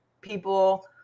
people